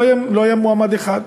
לא היה מועמד אחד.